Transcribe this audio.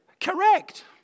Correct